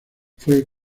fue